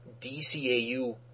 DCAU